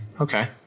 Okay